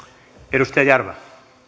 arvoisa puhemies